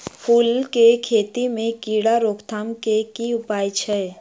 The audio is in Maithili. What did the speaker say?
फूल केँ खेती मे कीड़ा रोकथाम केँ की उपाय छै?